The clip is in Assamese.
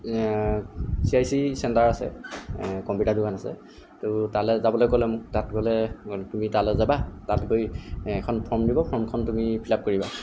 চি আই চি চেণ্টাৰ আছে কম্পিটাৰ দোকান আছে তোহ তালৈ যাবলে ক'লে মোক তাত গ'লে তুমি তালৈ যাবা তাত গৈ এখন ফৰ্ম দিব ফৰ্মখন তুমি ফিলআপ কৰিবা